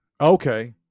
Okay